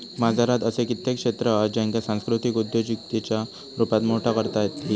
बाजारात असे कित्येक क्षेत्र हत ज्येंका सांस्कृतिक उद्योजिकतेच्या रुपात मोठा करता येईत